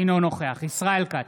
אינו נוכח ישראל כץ,